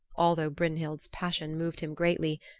although brynhild's passion moved him greatly,